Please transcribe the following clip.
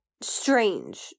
strange